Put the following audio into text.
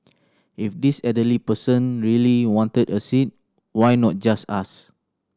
if this elderly person really wanted a seat why not just ask